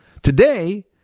Today